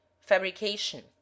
fabrication